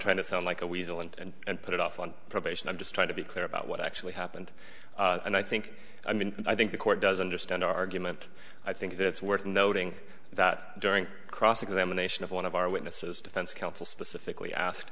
trying to sound like a weasel and put it off on probation i'm just trying to be clear about what actually happened and i think i mean i think the court does understand our argument i think that it's worth noting that during cross examination of one of our witnesses defense counsel specifically asked